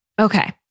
Okay